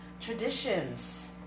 traditions